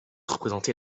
représenter